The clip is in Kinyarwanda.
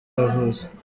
yavutse